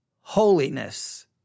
holiness